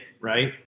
right